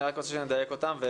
אני רוצה שנדייק אותם.